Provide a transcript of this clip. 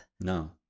No